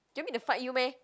you want me to fight you meh